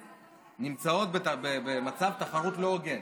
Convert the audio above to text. נמצאים במצב תחרות לא הוגן.